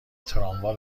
تراموا